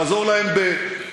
לעזור להם בחינוך,